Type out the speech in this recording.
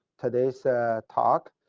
today's talk.